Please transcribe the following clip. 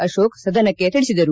ಅಶೋಕ್ ಸದನಕ್ಕೆ ತಿಳಿಸಿದರು